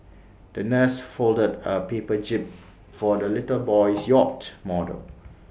the nurse folded A paper jib for the little boy's yacht model